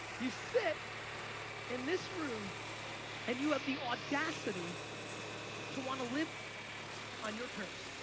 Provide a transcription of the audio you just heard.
you sit in this room and you have the audacity to want to live on your terms.